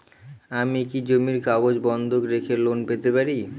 আমি কি জমির কাগজ বন্ধক রেখে লোন পেতে পারি?